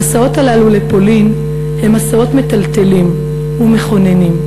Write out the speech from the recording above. המסעות האלה לפולין הם מסעות מטלטלים ומכוננים.